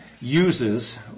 uses